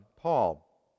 Paul